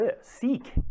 Seek